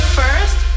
first